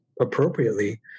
appropriately